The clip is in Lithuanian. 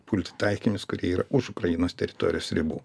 pulti taikinius kurie yra už ukrainos teritorijos ribų